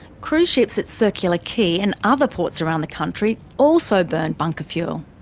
cruise ships at circular quay and other ports around the country also burn bunker fuel.